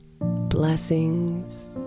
Blessings